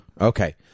Okay